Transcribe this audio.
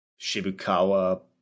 Shibukawa